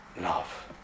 love